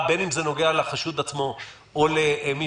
גם לגבי